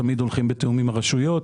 כראשי רשויות.